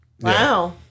Wow